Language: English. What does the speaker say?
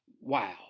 Wow